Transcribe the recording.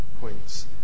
points